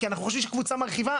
כי אנחנו חושבים שקבוצה מרחיבה,